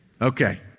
Okay